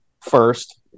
first